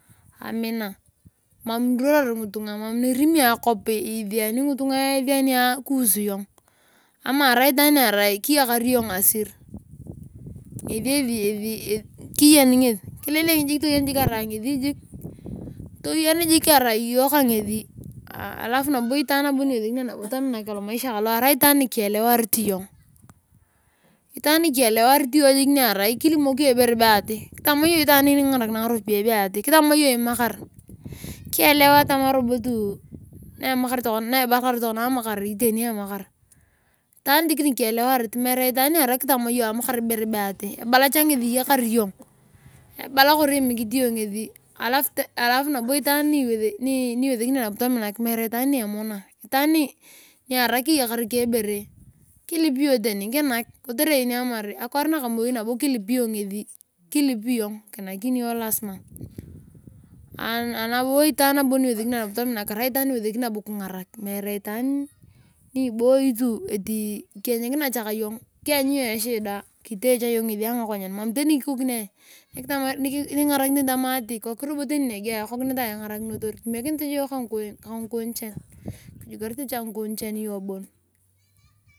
Amina mam nimoro ngitunga mam nirimi akop isiyani ngitunga kuhusu ama arai itaan niarai kiyakar yong asir. keyen ngas kililing jiik toyen jiik arai iyong ka ngesi alf nabo itaan niwesekini yong tominak alomaisha kolo arai jiik itaan nikielewarit iyong jiik niarai kilimok yong ibore be ati kitona yong itaan ngini kingaarikinae ngaropiyae be ati kitama. Yong imamakar kielewa tama tobo tu nebakar tokono amakari iteni emakar. Itaan jik nielewarit meere itaani niarai nitoma yong imakar ibere be ati ebala cha nges lyakar ying ebala kori imikit iyong ngesi. Alf nabo itaan niwesekini nabo tomikan meere itaan niemona. itaan niarai keyakar ike bere kilipi tani kinar kotere eyeni atamar akwaar nakamoi nabo kilipi iyong ngesi kilipi iyong kinakini iyong lasima. Nabo itaan niwesekini yong tominak arai itaan miwesekini kingaraka meere itaan niboi tu ety ikienyikima cha kayong kianyu iyong eshida kitee cha iyong ngesi angakonyen mam tarii nikikonia nikingarakini tani tama ati kikok roboo tanii nekei ekokinetaai engara kinotoi kimekinit cha iyong ka ngikon chan kyukarite cha ngikon chan iyong bon.